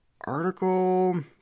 article